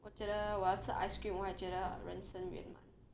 我觉得我要吃 ice cream 我还觉得人生圆满